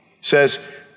says